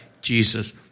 Jesus